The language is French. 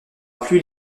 plus